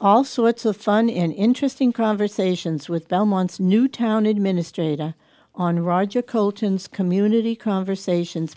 all sorts of fun interesting conversations with belmont's newtown administrator on roger colton's community conversations